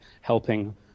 helping